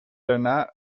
daarna